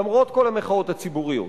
למרות כל המחאות הציבוריות,